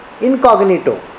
incognito